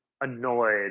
annoyed